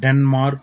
Denmark